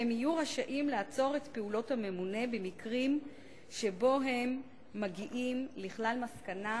והם יהיו רשאים לעצור את פעולות הממונה במקרה שבו הם מגיעים לכלל מסקנה,